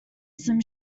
slim